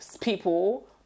people